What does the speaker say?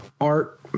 art